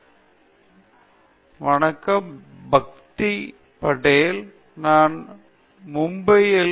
பக்தி படேல் வணக்கம் நான் பக்தி படேல் மும்பையில் இளங்கலை முடித்தேன்